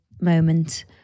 moment